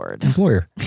employer